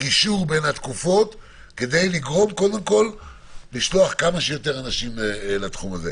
גישור בין התקופות כדי לגרום קודם כול לשלוח כמה שיותר אנשים לתחום הזה.